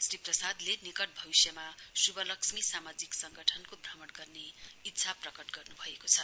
श्री प्रसादले निकट भविष्यमा शुभलक्ष्मी सामाजिक संगठनको भ्रमण गर्ने इच्छा प्रकट गर्नुभएको छ